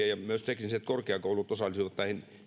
ja myös teknilliset korkeakoulut osallistuvat näihin